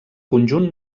conjunt